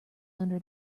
under